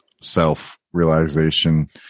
self-realization